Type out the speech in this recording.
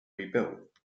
rebuilt